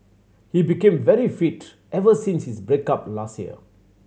he became very fit ever since his break up last year